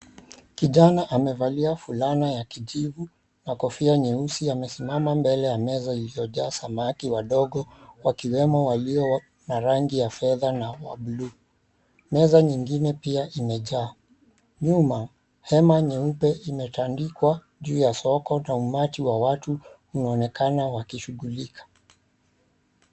Kijana amevalia fulana ya kijivu na kofia nyeusi amesimama mbele ya meza iliyojaa samaki wadogo wakiwemo walio na rangi ya fedha na wa bluu. Meza nyingine pia imejaa. Nyuma, hema nyeupe imetandikwa juu ya soko na umati wa watu unaonekana wakishughulika.